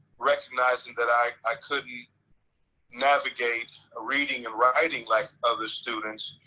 recognizing that i i couldn't navigate ah reading and writing like other students,